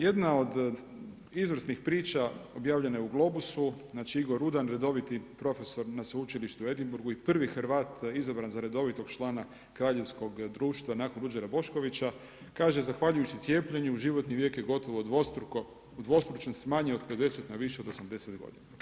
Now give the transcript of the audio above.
Jedna od izvrsnih priča objavljena je u Globusu, znači Igor Rudan redoviti profesor na Sveučilištu u Edinburgu i prvi Hrvat izabran za redovitog člana Kraljevskog društva nakon Ruđera Boškovića, kaže zahvaljujući cijepljenju životni vijek je udvostručen sa manje od 50 na više od 80 godine.